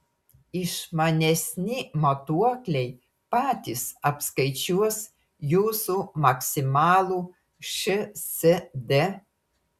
išmanesni matuokliai patys apskaičiuos jūsų maksimalų šsd